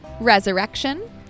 Resurrection